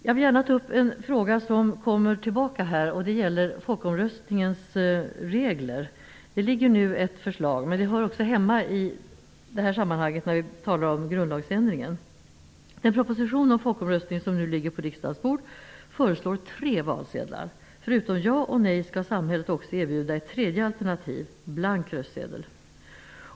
Jag vill gärna ta upp en fråga som kommer tillbaka, nämligen reglerna för folkomröstningen. Det föreligger ett förslag, men frågan hör också hemma inom grundlagsändringen. Den proposition om folkomröstning som nu ligger på riksdagens bord föreslår tre valsedlar. Förutom ja och nej skall samhället också erbjuda ett tredje alternativ: blank röstsedel.